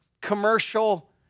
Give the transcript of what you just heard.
commercial